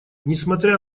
несмотря